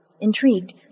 Intrigued